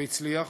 והצליח,